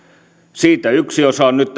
siitä yksi osa on nyt